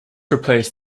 replaced